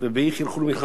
אנחנו לא זקוקים למלחמה.